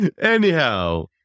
Anyhow